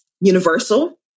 universal